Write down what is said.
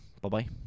Bye-bye